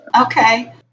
Okay